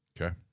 Okay